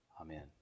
Amen